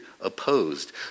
opposed